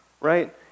right